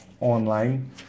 online